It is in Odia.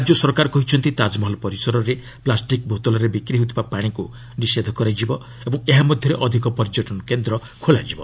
ରାଜ୍ୟ ସରକାର କହିଛନ୍ତି ତାଜମହଲ ପରିସରରେ ପ୍ଲାଷ୍ଟିକ୍ ବୋତଲରେ ବିକ୍ରି ହେଉଥିବା ପାଣିକୁ ନିଷେଧ କରାଯିବ ଓ ଏହା ମଧ୍ୟରେ ଅଧିକ ପର୍ଯ୍ୟଟନ କେନ୍ଦ୍ର ଖୋଲାଯିବ